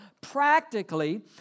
practically